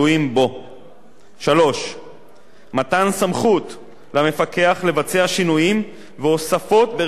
3. מתן סמכות למפקח לבצע שינויים והוספות ברשימת קווי שירות למוניות.